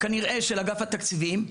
כנראה של אגף התקציבים,